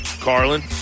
Carlin